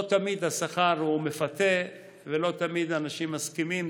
לא תמיד השכר מפתה ולא תמיד אנשים מסכימים.